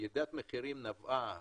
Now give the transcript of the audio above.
שנבעה